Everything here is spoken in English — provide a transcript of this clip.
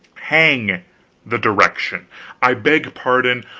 hang the direction i beg pardon,